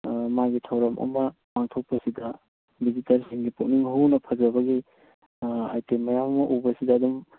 ꯃꯥꯒꯤ ꯊꯧꯔꯝ ꯑꯃ ꯄꯥꯡꯊꯣꯛꯄꯁꯤꯗ ꯚꯤꯖꯤꯇꯔꯁꯤꯡꯒꯤ ꯄꯨꯛꯅꯤꯡ ꯍꯨꯅ ꯐꯖꯕꯒꯤ ꯑꯏꯇꯦꯝ ꯃꯌꯥꯝ ꯑꯃ ꯎꯕꯁꯤꯗ ꯑꯗꯨꯝ